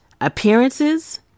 appearances